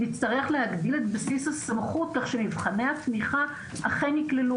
נצטרך להגדיל את בסיס הסמכות כך שמבחני התמיכה אכן יכללו